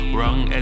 Wrong